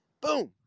Boom